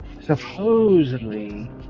supposedly